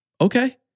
Okay